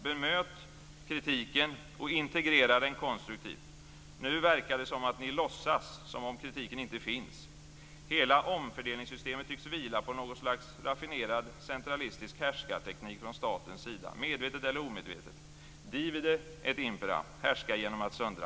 Bemöt kritiken och integrera den konstruktivt. Nu verkar det som om ni låtsas som om kritiken inte finns. Hela omfördelningssystemet tycks vila på något slags raffinerad centralistisk härskarteknik från statens sida, medvetet eller omedvetet. Divide et impera. Härska genom att söndra!